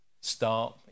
start